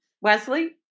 Wesley